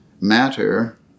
Matter